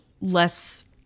less